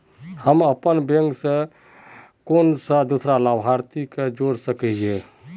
हम अपन बैंक से कुंसम दूसरा लाभारती के जोड़ सके हिय?